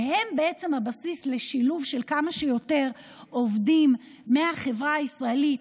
והן הבסיס לשילוב של כמה שיותר עובדים מהחברה הישראלית,